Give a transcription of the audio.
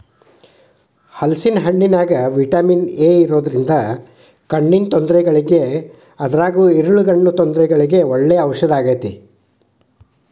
ಹಲೇಸಿನ ಹಣ್ಣಿನ್ಯಾಗ vitamin A ಇರೋದ್ರಿಂದ ಕಣ್ಣಿನ ತೊಂದರೆಗಳಿಗೆ ಅದ್ರಗೂ ಇರುಳುಗಣ್ಣು ತೊಂದರೆಗಳಿಗೆ ಒಳ್ಳೆ ಔಷದಾಗೇತಿ